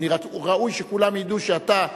שראוי שכולם ידעו שאתה,